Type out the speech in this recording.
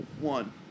One